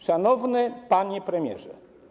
Szanowny Panie Premierze!